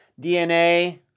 dna